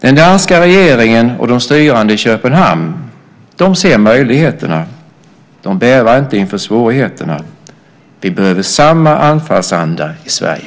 Den danska regeringen och de styrande i Köpenhamn ser möjligheterna och bävar inte inför svårigheterna. Vi behöver samma anfallsanda i Sverige.